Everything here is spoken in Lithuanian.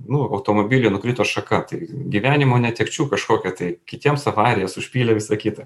nu automobilį nukrito šaka tai gyvenimo netekčių kažkokia tai kitiems avarijos užpylė visa kita